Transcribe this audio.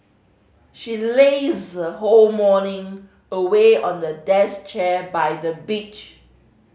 she lazed whole morning away on a deck chair by the beach